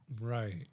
Right